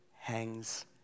hangs